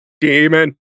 Demon